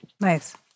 Nice